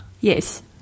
Yes